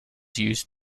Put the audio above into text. used